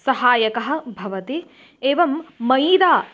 सहायकः भवति एवं मैदा